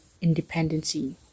independency